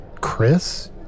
Chris